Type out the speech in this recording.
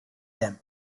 them